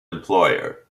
employer